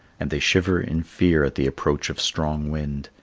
and they shiver in fear at the approach of strong wind,